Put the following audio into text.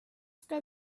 ska